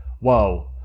whoa